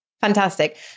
Fantastic